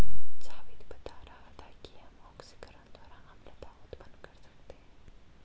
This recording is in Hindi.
जावेद बता रहा था कि हम ऑक्सीकरण द्वारा अम्लता उत्पन्न कर सकते हैं